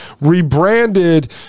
rebranded